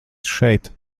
šeit